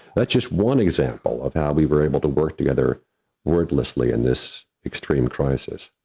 that's just one example of how we were able to work together wordlessly in this extreme crisis.